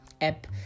app